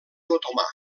otomà